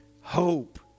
hope